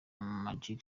magic